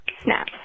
snap